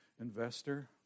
investor